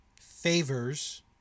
favors